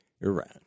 Iran